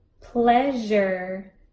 pleasure